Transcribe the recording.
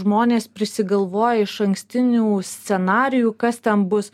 žmonės prisigalvoja išankstinių scenarijų kas ten bus